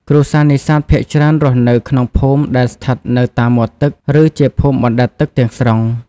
គ្រួសារនេសាទភាគច្រើនរស់នៅក្នុងភូមិដែលស្ថិតនៅតាមមាត់ទឹក ឬជា ភូមិបណ្តែតទឹក ទាំងស្រុង។